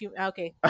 Okay